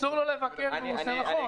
אסור לבקר זה טוב.